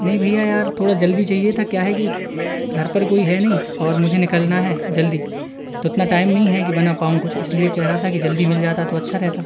नहीं भैया यार थोड़ा जल्दी चाहिए था क्या है कि घर पर कोई है नहीं और मुझे निकलना है जल्दी तो उतना टाइम नहीं है कि बना पाऊँ कुछ इसलिए कह रहा था कि जल्दी मिल जाता तो अच्छा रहता